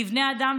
כבני אדם,